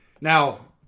Now